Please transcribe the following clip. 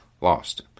Lost